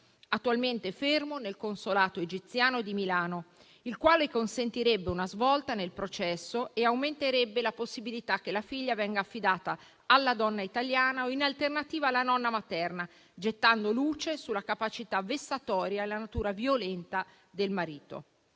attualmente fermo nel consolato egiziano di Milano, il quale consentirebbe una svolta nel processo e aumenterebbe la possibilità che la figlia venga affidata alla donna italiana o in alternativa alla nonna materna, gettando luce sulla capacità vessatoria e la natura violenta del marito;